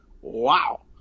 wow